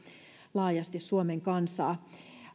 laajasti suomen kansaa